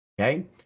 okay